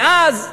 ואז,